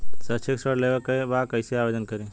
शैक्षिक ऋण लेवे के बा कईसे आवेदन करी?